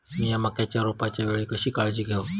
मीया मक्याच्या रोपाच्या वेळी कशी काळजी घेव?